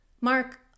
Mark